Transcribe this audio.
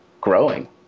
growing